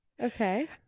Okay